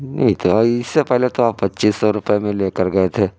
نہیں تو اس سے پہلے تو آپ پچیس سو روپے میں لے کر گئے تھے